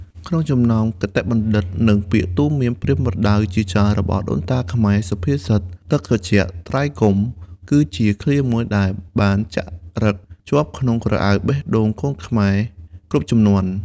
ក្នុងចំណោមគតិបណ្ឌិត និងពាក្យទូន្មានប្រៀនប្រដៅជាច្រើនរបស់ដូនតាខ្មែរ សុភាសិត ទឹកត្រជាក់ ត្រីកុំ គឺជាឃ្លាមួយដែលបានចារឹកជាប់ក្នុងក្រអៅបេះដូងកូនខ្មែរគ្រប់ជំនាន់។